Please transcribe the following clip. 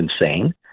insane